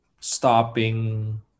stopping